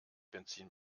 benzin